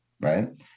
right